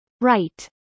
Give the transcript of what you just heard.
Right